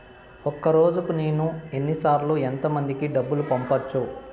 ఒక రోజుకి నేను ఎన్ని సార్లు ఎంత మందికి డబ్బులు పంపొచ్చు?